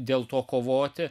dėl to kovoti